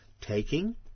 taking